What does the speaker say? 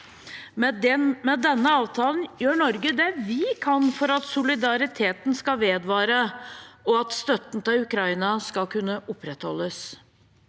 Med denne avtalen gjør vi i Norge det vi kan for at solidariteten skal vedvare, og at støtten til Ukraina skal kunne opprettholdes.